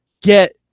get